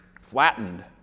flattened